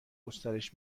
گسترش